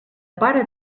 pare